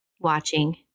watching